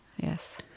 Yes